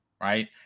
right